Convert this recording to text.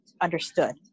understood